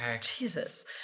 Jesus